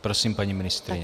Prosím, paní ministryně.